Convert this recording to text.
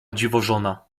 dziwożona